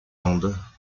landes